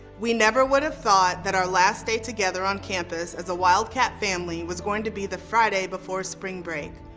we never would have thought that our last day together on campus as a wildcat family was going to be the friday before spring break.